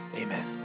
amen